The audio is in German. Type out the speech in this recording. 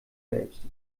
selbst